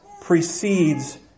precedes